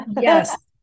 Yes